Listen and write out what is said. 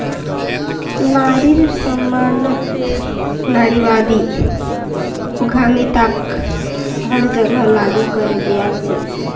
नारिर सम्मानत नारीवादी उद्यमिताक हर जगह लागू करे दिया छेक